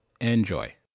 Enjoy